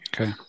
Okay